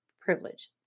privilege